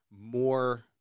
more